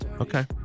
Okay